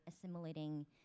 assimilating